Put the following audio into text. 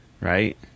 Right